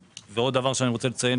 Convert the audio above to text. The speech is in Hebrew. עוד דבר שאני רוצה לציין,